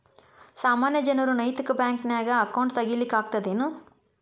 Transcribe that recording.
ಸಾಮಾನ್ಯ ಜನರು ನೈತಿಕ ಬ್ಯಾಂಕ್ನ್ಯಾಗ್ ಅಕೌಂಟ್ ತಗೇ ಲಿಕ್ಕಗ್ತದೇನು?